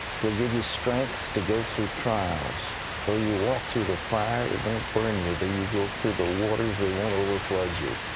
hell give you strength to go through trials. though you walk through the fire, it wont burn you. though you go through the waters, they wont overflood you.